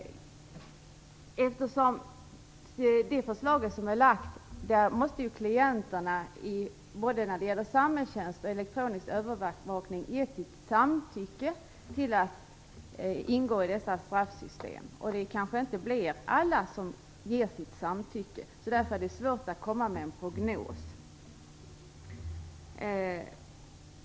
Enligt det framlagda förslaget måste klienterna när det gäller både samhällstjänst och elektronisk övervakning ge sitt samtycke till att ingå i dessa straffsystem. Alla kanske inte ger sitt samtycke. Därför är det svårt att komma med en prognos.